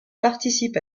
participe